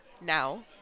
now